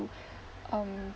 um